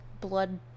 blood